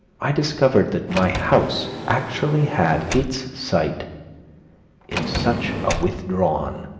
i discovered that my house actually had its site in such a withdrawn,